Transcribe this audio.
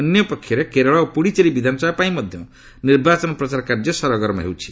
ଅନ୍ୟପକ୍ଷରେ କେରଳ ଓ ପୁଡୁଚେରୀ ବିଧାନସଭା ପାଇଁ ମଧ୍ୟ ନିର୍ବାଚନ ପ୍ରଚାର କାର୍ଯ୍ୟ ସରଗରମ ହେଉଛି